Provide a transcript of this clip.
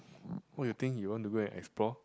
what you think you want to go and explore